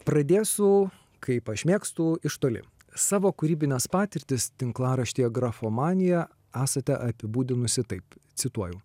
pradėsiu kaip aš mėgstu iš toli savo kūrybines patirtis tinklaraštyje grafomanija esate apibūdinusi taip cituoju